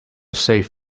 save